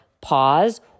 pause